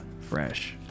fresh